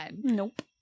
Nope